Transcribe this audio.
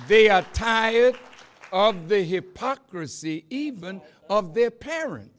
they are tired of the hypocrisy even of their parents